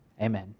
Amen